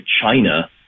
China